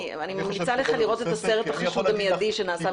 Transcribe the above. אני ממליצה לך לראות את הסרט החשוד המיידי שנעשה במסגרת המערכת.